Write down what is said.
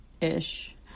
ish